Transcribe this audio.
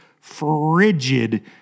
frigid